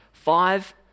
five